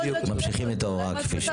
ממשיכים את ההוראה כפי שהיא.